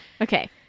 Okay